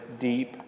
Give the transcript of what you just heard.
deep